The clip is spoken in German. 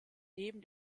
neben